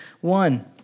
one